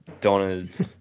Donna's